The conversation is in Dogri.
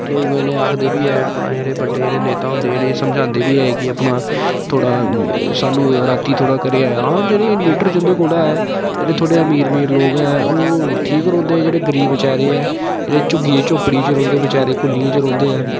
लोग इ'नें आखदे बी ऐ अपना जेह्ड़े बड्डे जेह्ड़े नेता होंदे इ'नेंगी समझांदे बी ऐ कि अपना थोह्ड़ा सानू रातीं थोह्ड़ा करी आया हा जेह्ड़े इनवेटर जिंदे कोल ऐ जेह्ड़े थोह्ड़े थोह्ड़े अमीर अमीर लोग ऐ ओह् ठीक रौंह्दे ऐ जेह्ड़े गरीब बेचारे ऐ एह् झुग्गियें झुपड़ियै च रौंह्दे बेचारे कुलियें च रौंह्दे ऐ